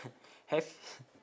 have